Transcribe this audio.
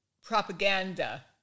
propaganda